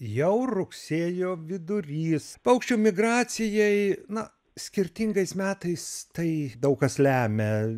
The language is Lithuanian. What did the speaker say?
jau rugsėjo vidurys paukščių migracijai na skirtingais metais tai daug kas lemia